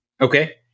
Okay